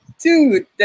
dude